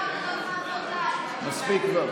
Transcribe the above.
מספיק כבר.